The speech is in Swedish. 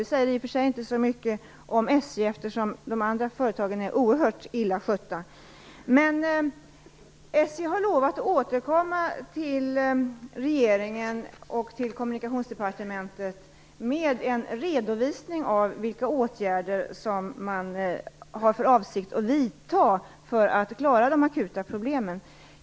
Det säger i och för sig inte så mycket om SJ, eftersom de andra företagen är oerhört illa skötta. SJ har lovat att återkomma till regeringen och till Kommunikationsdepartementet med en redovisning av vilka åtgärder som man har för avsikt att vidta för att klara de akuta problemen.